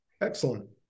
Excellent